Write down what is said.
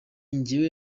njyewe